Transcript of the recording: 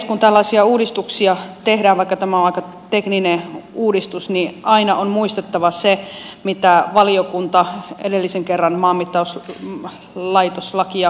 kun tällaisia uudistuksia tehdään vaikka tämä on aika tekninen uudistus niin aina on muistettava se mitä valiokunta edellisen kerran maanmittauslaitoslakia muuttaessaan totesi